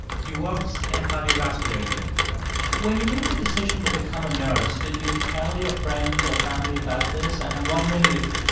he works in a cardiovascular unit when you made the decision to become a nurse, did you tell your friends or family about this? i'm wondering if